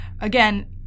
again